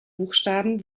buchstaben